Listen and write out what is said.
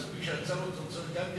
אז מי שעצר אותו צריך כן,